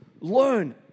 learn